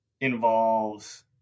involves